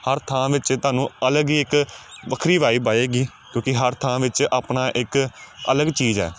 ਹਰ ਥਾਂ ਵਿੱਚ ਤੁਹਾਨੂੰ ਅਲੱਗ ਹੀ ਇਕ ਵੱਖਰੀ ਵਾਈਵ ਆਏਗੀ ਕਿਉਂਕਿ ਹਰ ਥਾਂ ਵਿੱਚ ਆਪਣਾ ਇੱਕ ਅਲੱਗ ਚੀਜ਼ ਹੈ